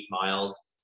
miles